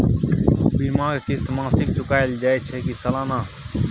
बीमा के किस्त मासिक चुकायल जाए छै की सालाना?